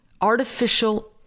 artificial